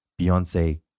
Beyonce